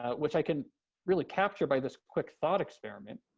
ah which i can really capture by this quick thought experiment.